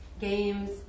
games